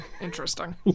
interesting